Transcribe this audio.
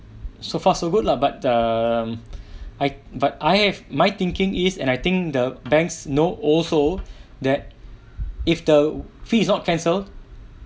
so far so good lah but err I but I have my thinking is and I think the banks know also that if the fees is not cancel